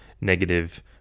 negative